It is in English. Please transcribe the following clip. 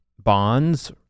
Bonds